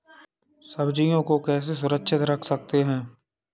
सब्जियों को कैसे सुरक्षित रख सकते हैं?